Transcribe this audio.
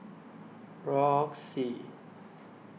Roxy